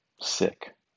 sick